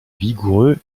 vigoureux